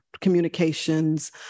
communications